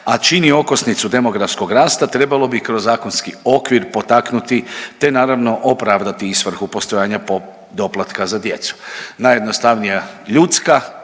A čini okosnicu demografskog rasta, trebalo bi kroz zakonski okvir potaknuti te naravno opravdati i svrhu postojanja doplatka za djecu. Najjednostavnija ljudska